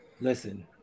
listen